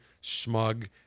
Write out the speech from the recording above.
smug